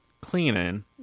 Cleaning